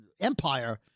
Empire